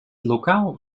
lokaal